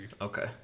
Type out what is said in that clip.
Okay